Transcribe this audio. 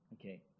Okay